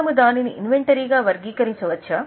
మనము దానిని ఇన్వెంటరీగా వర్గీకరించవచ్చా